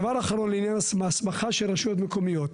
דבר אחרון לעניין ההסמכה של רשויות מקומיות.